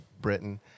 Britain